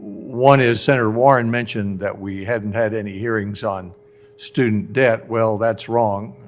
one is, senator warren mentioned that we hadn't had any hearings on student debt. well, that's wrong.